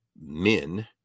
men